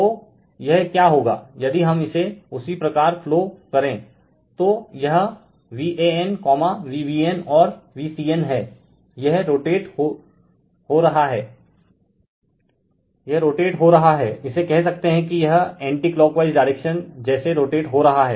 तो यह क्या होगा यदि हम इसे उसी प्रकार फ्लो करे तो यह Van Vbn और Vcn हैं यह रोटेट हो रहा हैं इसे कह सकते है कि यह एंटी क्लॉक वाइज डायरेक्शन जेसे रोटेट हो रहा हैं